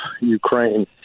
Ukraine